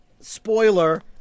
Spoiler